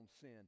sin